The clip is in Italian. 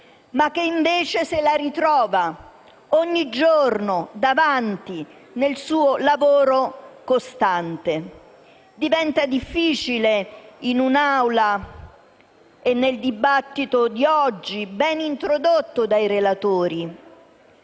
ma che invece se la ritrova ogni giorno davanti nel suo lavoro costante. Diventa difficile nel dibattito di oggi in Aula, ben introdotto dai relatori,